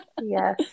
Yes